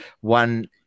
one